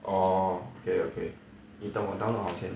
orh okay okay 你等我 download 好先